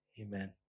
Amen